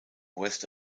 west